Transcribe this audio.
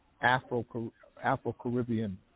Afro-Caribbean